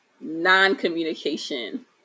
non-communication